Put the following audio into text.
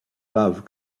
love